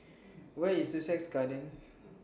Where IS Sussex Garden